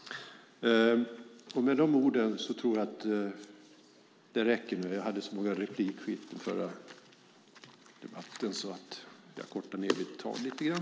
Med de orden tror jag att det räcker. Jag hade så många replikskiften i den förra debatten att jag kortar ned mitt anförande lite grann.